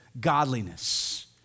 godliness